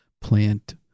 plant